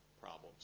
problems